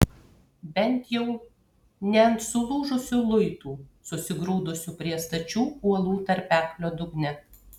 bent jau ne ant sulūžusių luitų susigrūdusių prie stačių uolų tarpeklio dugne